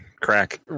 crack